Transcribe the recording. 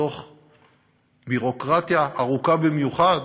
בתוך ביורוקרטיה ארוכה במיוחד